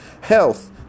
health